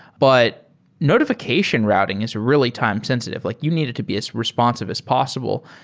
but notifi cation routing is really time sensitive. like you need it to be as responsive as possible.